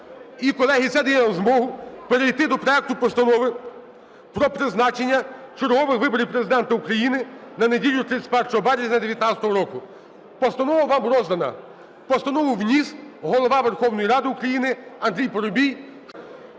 колеги, це дає нам змогу перейти до проекту Постанови про призначення чергових виборів Президента України на неділю 31 березня 19-го року. Постанова вам роздана. Постанову вніс Голова Верховної Ради України Андрій Парубій,